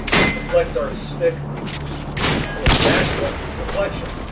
we deflect our stick to its maximum deflection